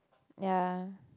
ya